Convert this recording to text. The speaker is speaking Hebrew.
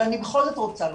אבל אני בכל זאת רוצה לומר.